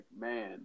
man